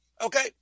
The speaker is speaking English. okay